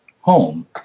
home